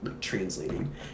translating